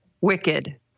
wicked